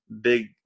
big